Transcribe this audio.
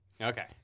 Okay